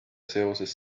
seoses